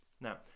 Now